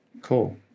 Cool